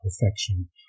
perfection